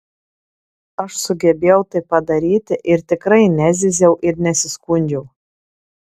aš sugebėjau tai padaryti ir tikrai nezyziau ir nesiskundžiau